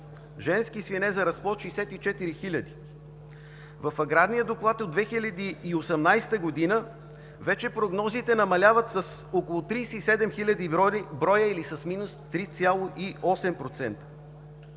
женски свине за разплод – 64 хиляди. В аграрния доклад от 2018 г. вече прогнозите намаляват с около 37 хил. бр., или с минус 3,8%.